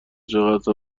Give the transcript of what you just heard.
چقدر